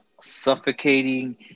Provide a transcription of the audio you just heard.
suffocating